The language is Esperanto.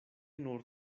nur